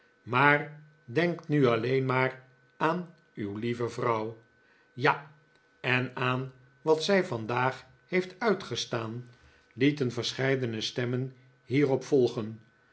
maar denk nu alleen maar aan uw lieve vrouw ja en aan wat zij vandaag heeft uitgestaan lieten verscheidene stemmen hierop volgen